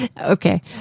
okay